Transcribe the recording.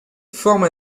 forme